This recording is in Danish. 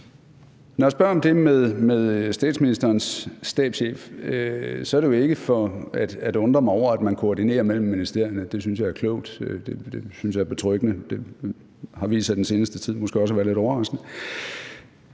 Når jeg spørger om det med statsministerens stabschef, er det jo ikke for at undre mig over, at man koordinerer mellem ministerierne. Det synes jeg er klogt, det synes jeg er betryggende, og det har vist sig i den seneste tid måske også at være lidt overraskende.